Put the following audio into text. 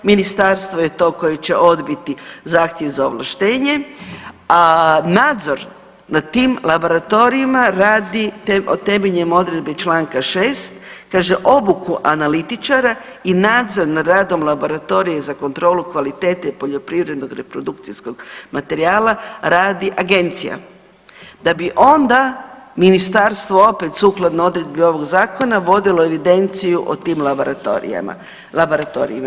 Ministarstvo je to koje će odbiti zahtjev za ovlaštenje, a nadzor nad tim laboratorijima radi temeljem odredbi članka 6. kaže: „Obuku analitičara i nadzor nad radom laboratorija za kontrolu kvalitete poljoprivrednog reprodukcijskog materijala radi agencija.“ Da bi onda Ministarstvo opet sukladno odredbi ovoga Zakona vodilo evidenciju o tim laboratorijima.